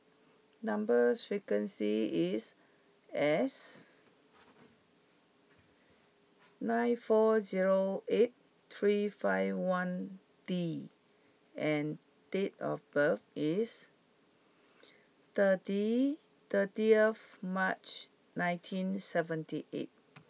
number sequence is S nine four zero eight three five one D and date of birth is thirty thirtieth March nineteen seventy eight